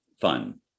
fun